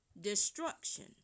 destruction